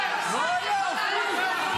אני אמרתי את זה.